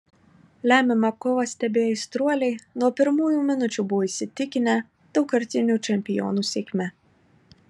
lemiamą kovą stebėję aistruoliai nuo pirmųjų minučių buvo įsitikinę daugkartinių čempionų sėkme